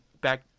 back